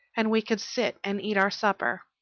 and we could sit and eat our supper,